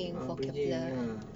ah bridging ya